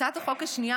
הצעת החוק השנייה,